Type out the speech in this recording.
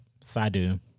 Sadu